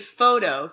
photo